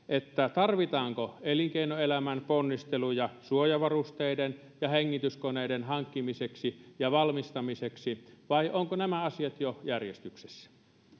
tarvitaanko elinkeinoelämän ponnisteluja suojavarusteiden ja hengityskoneiden hankkimiseksi ja valmistamiseksi vai ovatko nämä asiat jo järjestyksessä